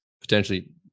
potentially